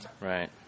right